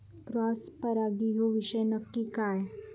Cross परागी ह्यो विषय नक्की काय?